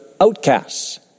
outcasts